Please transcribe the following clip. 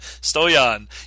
Stoyan